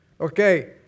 okay